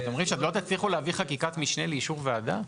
אתם אומרים שלא תצליחו להביא חקיקת משנה לאישור הוועדה?